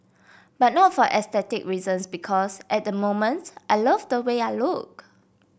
but not for aesthetic reasons because at the moment I love the way I look